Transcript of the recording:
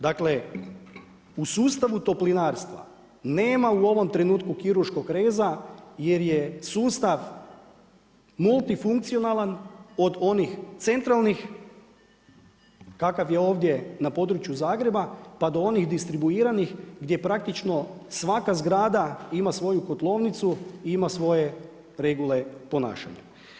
Dakle, u sustavu toplinarstva nema u ovom trenutku kirurškog reza jer je sustav multifunkcionalan od onih centralnih kakav je ovdje na području Zagreba, pa do onih distribuiranih gdje praktično svaka zgrada ima svoju kotlovnicu i ima svoje regule ponašanja.